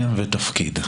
שם ותפקיד.